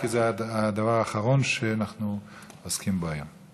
כי זה הדבר האחרון שאנחנו עוסקים בו היום.